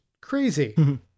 crazy